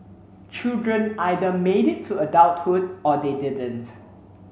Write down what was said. children either made it to adulthood or they didn't